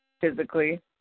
physically